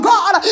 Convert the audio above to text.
God